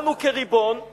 לנו כריבון, זה